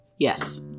Yes